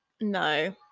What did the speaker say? No